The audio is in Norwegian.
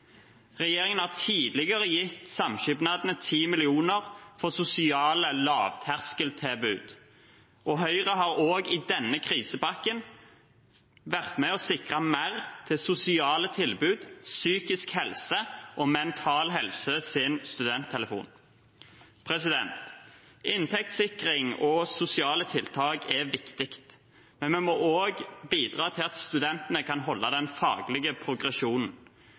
Regjeringen har tidligere gitt samskipnadene 10 mill. kr til sosiale lavterskeltilbud, og Høyre har i denne krisepakken vært med og sikret mer til sosiale tilbud, psykisk helse og Mental Helses studenttelefon. Inntektssikring og sosiale tiltak er viktig, men vi må også bidra til at studentene kan holde den faglige progresjonen,